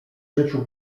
życiu